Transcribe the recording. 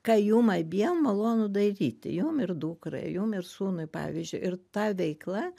ką jum abiem malonu daryti jum ir dukrai jum ir sūnui pavyzdžiui ir ta veikla